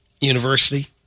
University